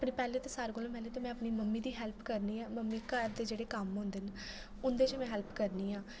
अपने पैह्लें ते सारें कोला पैह्लें ते में अपनी मम्मी दा हेल्प करनी आं मम्मी घर दे जेह्ड़े क'म्म होंदे न उं'दे च में हेल्प करनी आं